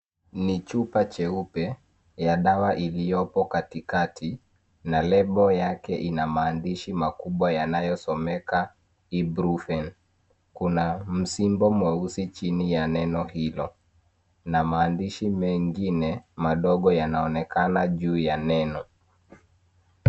Ni chupa cheupe ya dawa iliyopo katikati na lebo yake ina maandishi makubwa yanayosomeka ibrufen . Kuna msimbo mweusi chini ya neno hilo na maandishi mengine madogo yanaonekana juu ya neno.